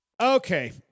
Okay